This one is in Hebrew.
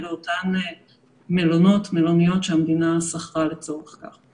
ואלה אותם מלונות ומלוניות שהמדינה שכרה לצורך כך.